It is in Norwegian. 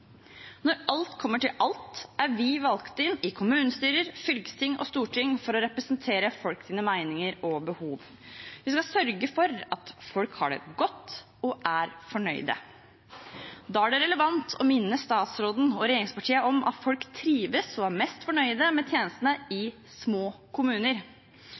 Når alt kommer til alt, er vi valgt inn i kommunestyrer, fylkesting og storting for å representere folks meninger og behov. Vi skal sørge for at folk har det godt og er fornøyde. Da er det relevant å minne statsråden og regjeringspartiene om at folk trives og er mest fornøyde med tjenestene i små kommuner.